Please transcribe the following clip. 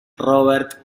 robert